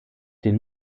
den